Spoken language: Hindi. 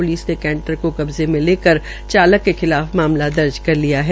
प्लिस ने केंटर को कब्जे में लेकर चालक के खिलाफ मामला दर्ज कर लिया है